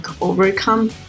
overcome